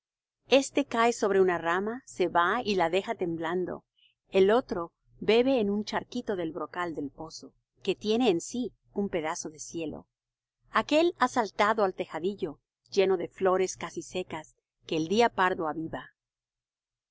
este cae sobre una rama se va y la deja temblando el otro bebe en un charquito del brocal del pozo que tiene en sí un pedazo de cielo aquél ha saltado al tejadillo lleno de flores casi secas que el día pardo aviva